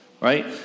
right